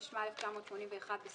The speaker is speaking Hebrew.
התשמ"א 1981‏,